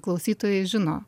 klausytojai žino